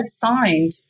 signed